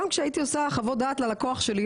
גם כשהייתי עושה חוות דעת ללקוח שלי,